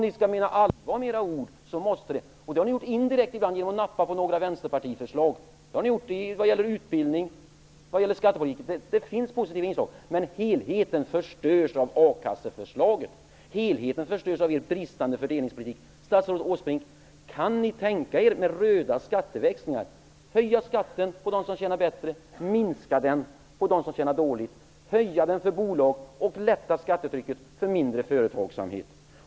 Ni har ibland indirekt visat att ni menar allvar med era ord. Ni har nappat på några vänsterpartiförslag vad gäller utbildning, skattepolitik osv. - det finns positiva inslag - men helheten förstörs av akasseförslaget och av er bristande fördelningspolitik. Statsrådet Åsbrink! Kan ni tänka er röda skatteväxlingar, dvs. att höja skatten för dem som tjänar bättre och att minska den för dem som tjänar dåligt - höja skatten för bolag och lätta skattetrycket för mindre företagsamhet?